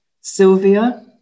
Sylvia